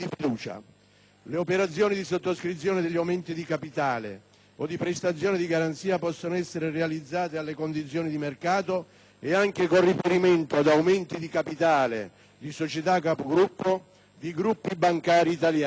Le operazioni di sottoscrizione degli aumenti di capitale o di prestazione di garanzie possono essere realizzate alle condizioni di mercato ed anche con riferimento ad aumenti di capitale di società capogruppo di gruppi bancari italiani.